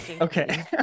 Okay